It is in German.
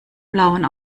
blauen